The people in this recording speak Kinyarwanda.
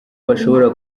bashobora